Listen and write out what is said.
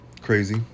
Crazy